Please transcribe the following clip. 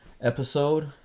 episode